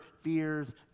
fears